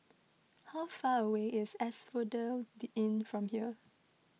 how far away is Asphodel Inn from here